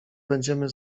będziemy